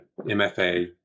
MFA